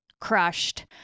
crushed